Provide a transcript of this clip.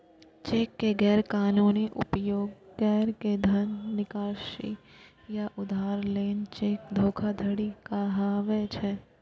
cheque के गैर कानूनी उपयोग कैर के धन निकासी या उधार लेना चेक धोखाधड़ी कहाबै छै